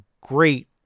great